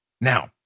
Now